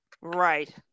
Right